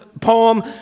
poem